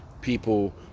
People